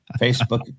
Facebook